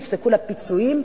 נפסקו לה פיצויים,